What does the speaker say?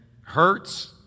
hurts